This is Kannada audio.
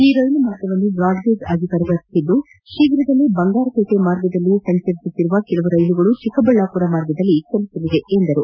ಈ ರೈಲು ಮಾರ್ಗವನ್ನು ಭ್ರಾಡ್ಗೇಜ್ ಆಗಿ ಪರಿವರ್ತಿಸಿದ್ದು ಶೀಘದಲ್ಲೇ ಬಂಗಾರಪೇಟೆ ಮಾರ್ಗವಾಗಿ ಚಲಿಸುತ್ತಿರುವ ಕೆಲವು ರೈಲುಗಳು ಚಿಕ್ಕಬಳ್ಳಾಪುರ ಮಾರ್ಗವಾಗಿ ಚಲಿಸಲಿವೆ ಎಂದರು